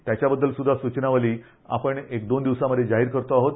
त्याच्याबद्दल सुध्दा सूचनावली आपण एक दोन दिवसांत जाहीर करतो आहोत